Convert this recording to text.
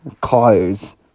Clothes